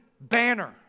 banner